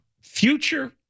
future